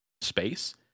space